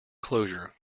closure